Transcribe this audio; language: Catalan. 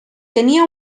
tenia